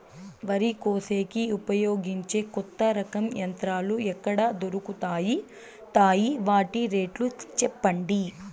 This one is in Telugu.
వరి కోసేకి ఉపయోగించే కొత్త రకం యంత్రాలు ఎక్కడ దొరుకుతాయి తాయి? వాటి రేట్లు చెప్పండి?